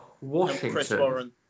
Washington